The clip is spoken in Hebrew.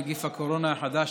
נגיף הקורונה החדש),